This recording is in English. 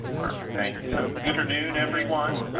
perfect. thank you. so good afternoon, everyone.